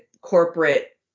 corporate